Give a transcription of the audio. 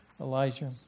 Elijah